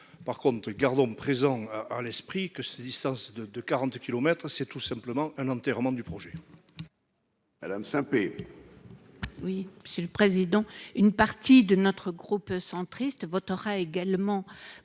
par contre gardons présent à l'esprit que ces distances de de 40 kilomètres, c'est tout simplement un enterrement du projet. Madame Saint-Pé. Oui, c'est le président, une partie de notre groupe centriste votera également